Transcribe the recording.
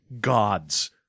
gods